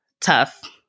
tough